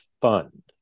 fund